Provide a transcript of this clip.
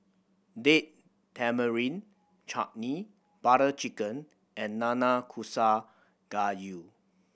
Date Tamarind Chutney Butter Chicken and Nanakusa Gayu